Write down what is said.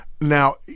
Now